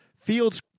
Fields